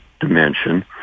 dimension